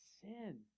sin